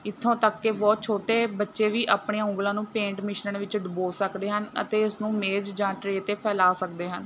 ਇੱਥੋਂ ਤੱਕ ਕੇ ਬਹੁਤ ਛੋਟੇ ਬੱਚੇ ਵੀ ਆਪਣੀਆਂ ਉਂਗਲਾਂ ਨੂੰ ਪੇਂਟ ਮਿਸ਼ਰਨ ਵਿੱਚ ਡੁਬੋ ਸਕਦੇ ਹਨ ਅਤੇ ਉਸ ਨੂੰ ਮੇਜ਼ ਜਾਂ ਟ੍ਰੇਅ 'ਤੇ ਫੈਲਾ ਸਕਦੇ ਹਨ